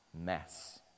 mess